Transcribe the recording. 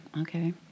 Okay